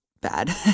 bad